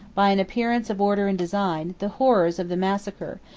by an appearance of order and design, the horrors of the massacre,